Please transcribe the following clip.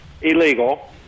illegal